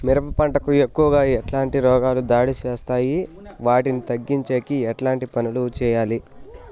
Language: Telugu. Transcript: మిరప పంట కు ఎక్కువగా ఎట్లాంటి రోగాలు దాడి చేస్తాయి వాటిని తగ్గించేకి ఎట్లాంటి పనులు చెయ్యాలి?